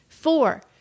Four